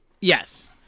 yes